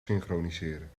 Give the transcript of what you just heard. synchroniseren